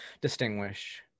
distinguish